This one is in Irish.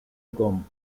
agam